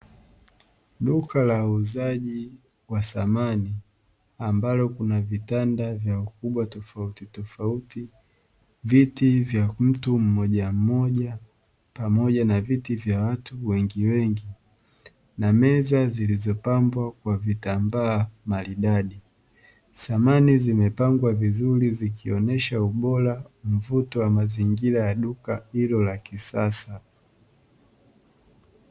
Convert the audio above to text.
Duka la wauzaji wa samani ambapo kuna vitanda vya ukubwa tofautitofauti, viti vya mtu mmojammoja pamoja na viti vya watu wengiwengi na meza zilizopambwa kwa vitambaa maridadi, samani zimepangwa vizuri zikionyesha ubora mvuto wa mazingira ya duka hilo la kisasa.